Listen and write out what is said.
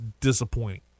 disappointing